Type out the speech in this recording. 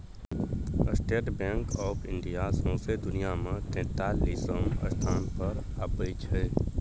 state Bank of India सौंसे दुनियाँ मे तेतालीसम स्थान पर अबै छै